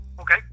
Okay